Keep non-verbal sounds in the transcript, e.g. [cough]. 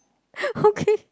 [laughs] okay